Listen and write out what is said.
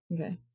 Okay